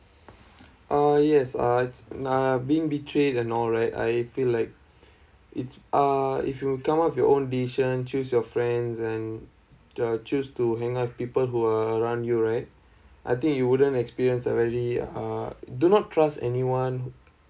uh yes I'd uh being betrayed and all right I feel like it's uh if you will come out of your own decision choose your friends and the choose to hang out with people who are around you right I think you wouldn't experience uh very uh do not trust anyone